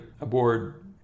aboard